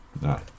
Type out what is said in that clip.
No